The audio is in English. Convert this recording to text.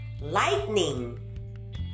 lightning